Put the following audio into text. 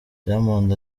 diamond